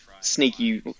sneaky